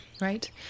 Right